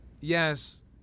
Yes